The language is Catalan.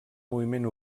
moviment